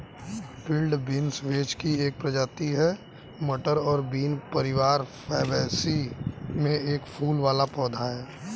field beans vetch की एक प्रजाति है, मटर और बीन परिवार फैबेसी में एक फूल वाला पौधा है